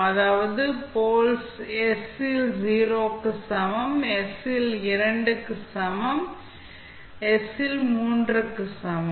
அதாவது poles s இல் 0 க்கு சமம் s இல் 2 க்கு சமம் s இல் 3 க்கு சமம்